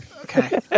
Okay